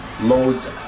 loads